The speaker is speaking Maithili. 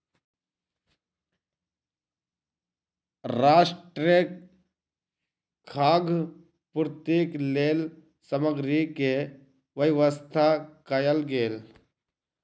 राष्ट्रक खाद्य पूर्तिक लेल सामग्री के व्यवस्था कयल गेल